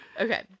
Okay